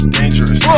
dangerous